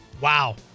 Wow